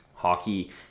hockey